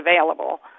available